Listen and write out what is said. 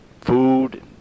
food